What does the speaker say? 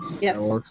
Yes